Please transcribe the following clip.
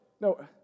no